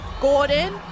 Gordon